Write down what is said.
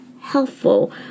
helpful